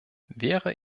wäre